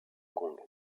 kong